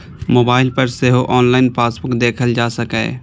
mobile पर सेहो online passbook देखल जा सकैए